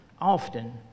often